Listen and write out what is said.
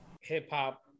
hip-hop